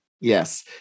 Yes